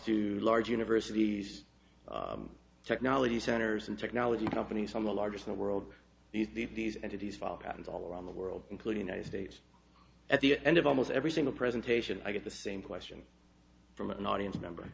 to large universities technology centers and technology companies on the largest in the world these these these entities follow patterns all around the world including united states at the end of almost every single presentation i get the same question from an audience member